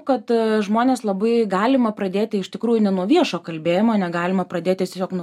kad žmonės labai galima pradėti iš tikrųjų ne nuo viešo kalbėjimo ane galima pradėti tiesiog nuo